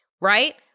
Right